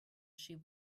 she